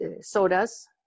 sodas